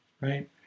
right